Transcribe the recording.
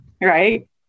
right